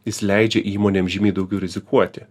jis leidžia įmonėm žymiai daugiau rizikuoti